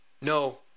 No